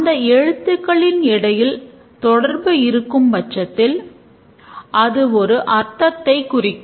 அந்த எழுத்துக்களின் இடையில் தொடர்பு இருக்கும் பட்சத்தில் அது ஒரு அர்த்தத்தை குறிக்கும்